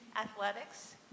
athletics